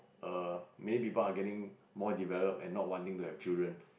err many people are getting more develop and not wanting to have children